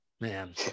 Man